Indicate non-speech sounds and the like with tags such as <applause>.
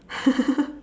<laughs>